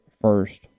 first